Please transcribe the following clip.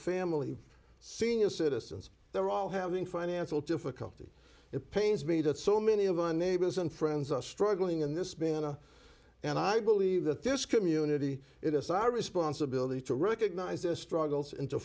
family senior citizens they're all having financial difficulties it pains me that so many of our neighbors and friends are struggling in this banana and i believe that this community it is our responsibility to recognize their struggles and to